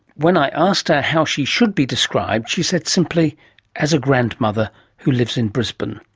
when i asked her how she should be described, she said simply as a grandmother who lives in brisbane.